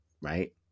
right